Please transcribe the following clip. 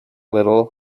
little